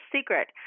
secret